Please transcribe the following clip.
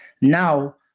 Now